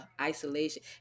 isolation